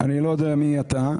אני לא יודע מי אתה.